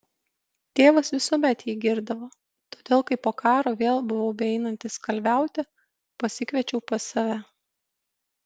tėvas visuomet jį girdavo todėl kai po karo vėl buvo beeinantis kalviauti pasikviečiau pas save